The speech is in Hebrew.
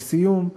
לסיום,